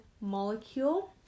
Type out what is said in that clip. molecule